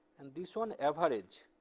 and this one average